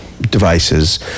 devices